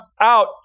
out